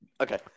Okay